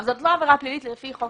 זו לא עבירה פלילית לפי חוק